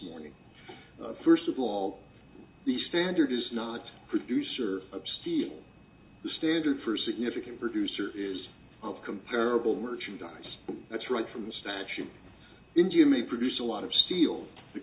morning first of all the standard is not producer of steel the standard for a significant producer is comparable merchandise that's right from the statue in jimmy produced a lot of steel the